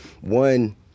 one